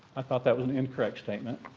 i thought that was an incorrect statement,